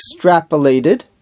extrapolated